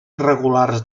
irregulars